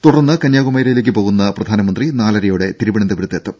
തുടർന്ന് കന്യാകുമാരിയിലേക്ക് പോകുന്ന പ്രധാനമന്ത്രി നാലരയോടെ തിരുവനന്തപുരത്തെത്തും